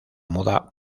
moda